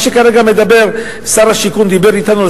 מה כרגע שר השיכון דיבר אתנו,